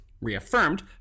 reaffirmed